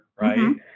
right